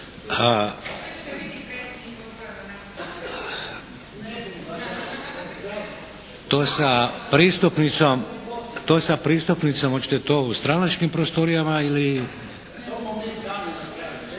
To sa pristupnicom, hoćete to u stranačkim prostorijama ili?